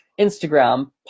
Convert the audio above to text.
Instagram